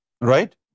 Right